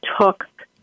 took